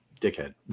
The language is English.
dickhead